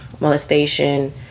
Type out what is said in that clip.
molestation